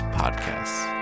podcasts